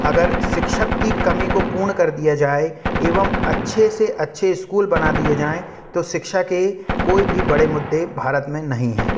अगर शिक्षक की कमी को पूर्ण कर दिया जाए एवं अच्छे से अच्छे ईस्कूल बना दिए जाए तो शिक्षा के कोई भी बड़े मुद्दे भारत में नहीं हैं